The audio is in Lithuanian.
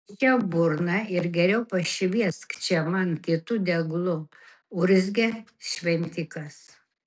užčiaupk burną ir geriau pašviesk čia man kitu deglu urzgė šventikas